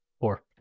Four